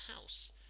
house